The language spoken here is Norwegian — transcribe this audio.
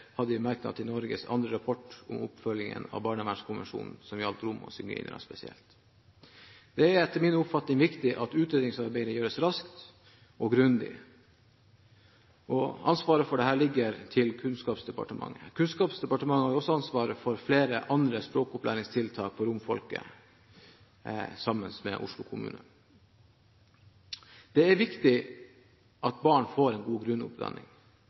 etter min oppfatning viktig at utredningsarbeidet gjøres raskt og grundig. Ansvaret for dette ligger til Kunnskapsdepartementet. Kunnskapsdepartementet har også ansvaret for flere andre språkopplæringstiltak for romfolket, sammen med Oslo kommune. Det er viktig at barn får en god